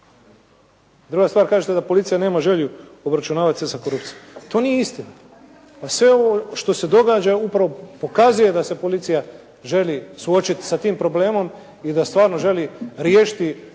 Druga stvar, kažete da policija nema želju obračunavati se sa korupcijom. To nije istina. Pa sve ovo što se događa upravo pokazuje da se policija želi suočiti sa tim problem i da stvarno želi riješiti aktualne